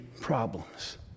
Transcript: problems